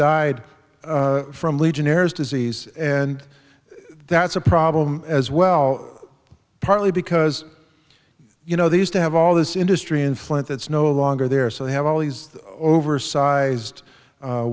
died from legionnaire's disease and that's a problem as well partly because you know the used to have all this industry influence it's no longer there so they have all these oversized